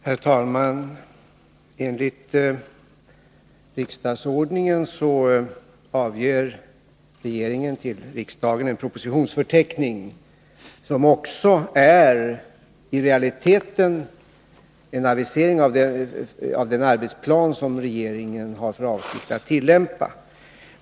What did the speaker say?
Herr talman! Enligt riksdagsordningen avger regeringen till riksdagen en propositionsförteckning som också i realiteten är en avisering av den arbetsplan som regeringen har för avsikt att tillämpa.